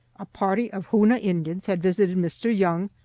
a party of hoona indians had visited mr. young,